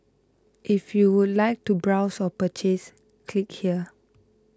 if you would like to browse or purchase click here